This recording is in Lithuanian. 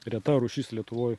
reta rūšis lietuvoj